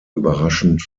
überraschend